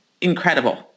incredible